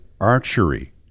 archery